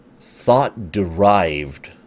thought-derived